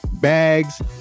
bags